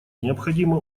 необходима